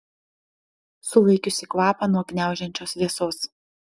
sulaikiusi kvapą nuo gniaužiančios vėsos